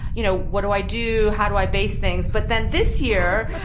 you know, what do i do? how do i baste things? but then this year,